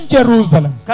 Jerusalem